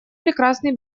прекрасный